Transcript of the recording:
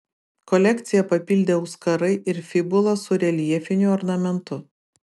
kolekciją papildė auskarai ir fibula su reljefiniu ornamentu